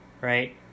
right